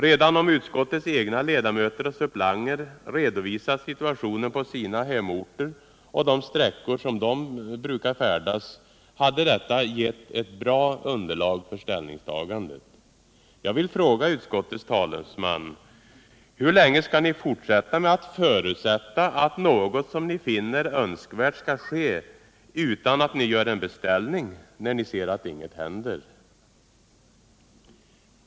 Redan om utskottets egna ledamöter och suppleanter redovisat situationen på sina hemorter och på de sträckor de brukar färdas hade utskottet fått ett bra underlag för ett ställningstagande. Jag vill fråga utskottets talesman: Hur länge skall ni fortsätta med att förutsätta att något som ni finner önskvärt skall ske utan att ni gör en beställning, när ni ser att ingenting händer?